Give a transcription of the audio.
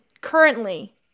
currently